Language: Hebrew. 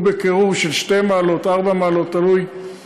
והוא בקירור של 2 מעלות, 4 מעלות וכו' תלוי.